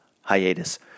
hiatus